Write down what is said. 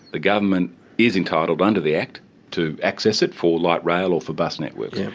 the government is entitled under the act to access it for light rail or for bus networks.